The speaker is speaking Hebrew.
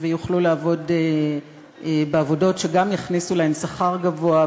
ויוכלו לעבוד בעבודות שגם יכניסו להם שכר גבוה,